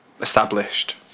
Established